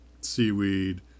seaweed